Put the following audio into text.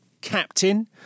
captain